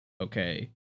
okay